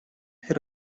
her